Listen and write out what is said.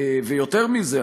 ויותר מזה,